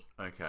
okay